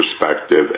perspective